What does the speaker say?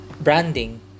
branding